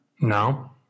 No